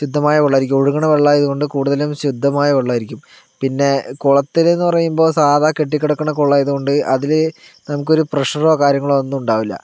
ശുദ്ധമായ വെള്ളമായിരിക്കും ഒഴുകണ വെള്ളമായതുകൊണ്ട് കൂടുതലും ശുദ്ധമായ വെള്ളമായിരിക്കും പിന്നെ കുളത്തിലെന്ന് പറയുമ്പോൾ സാദാ കെട്ടിക്കിടക്കണ കുളം ആയതുകൊണ്ട് അതിൽ നമുക്കൊരു പ്രഷറോ കാര്യങ്ങളോ ഒന്നും ഉണ്ടാവില്ല